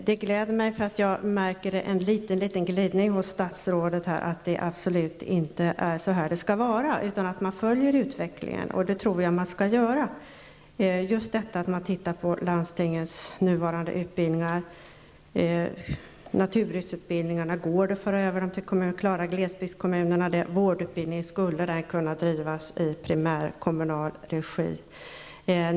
Herr talman! Det gläder mig att märka en liten, liten glidning i statsrådets svar; statsrådet tycks mena att det absolut inte är så här det skall vara, utan man följer utvecklingen. Det tror jag att man skall göra. Jag tror att man skall titta närmare på landstingens nuvarande utbildningar. Går det att föra över naturbruksutbildningarna till kommunerna, och klarar glesbygdskommunerna det? Skulle vårdutbildningen kunna bedrivas i primär kommunal regi?